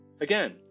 Again